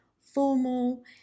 formal